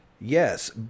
Yes